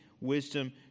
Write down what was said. wisdom